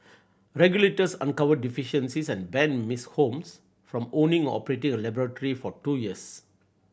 regulators uncovered deficiencies and banned Miss Holmes from owning or operating a laboratory for two years